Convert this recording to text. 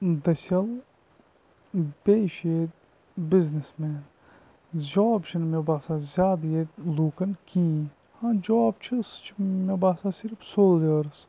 دٔسِل بیٚیہِ چھِ ییٚتہِ بِزنِس مین جاب چھِنہٕ مےٚ باسان زیادٕ ییٚتہِ لُکَن کِہیٖنۍ ہاں جاب چھِ سُہ چھِ مےٚ باسان صرف سولجٲرٕز